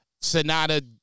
Sonata